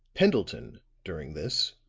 pendleton, during this,